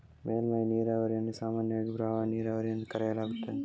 ಮೇಲ್ಮೈ ನೀರಾವರಿಯನ್ನು ಸಾಮಾನ್ಯವಾಗಿ ಪ್ರವಾಹ ನೀರಾವರಿ ಎಂದು ಕರೆಯಲಾಗುತ್ತದೆ